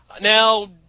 Now